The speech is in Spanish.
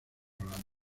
programa